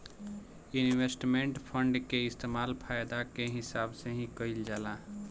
investment fund के इस्तेमाल फायदा के हिसाब से ही कईल जाला